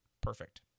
perfect